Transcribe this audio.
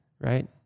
right